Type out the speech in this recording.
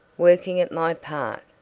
working at my part.